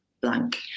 blank